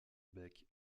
beck